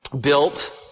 built